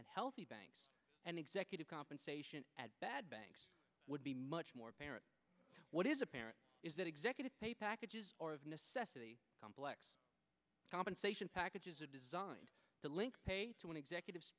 and healthy banks and executive compensation at bad banks would be much more apparent what is apparent is that executive pay packages or of necessity complex compensation packages are designed to link to an executive